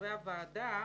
חברי הוועדה